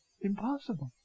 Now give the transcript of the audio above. Impossible